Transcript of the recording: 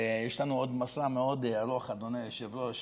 ויש לנו עוד מסע מאוד ארוך, אדוני היושב-ראש.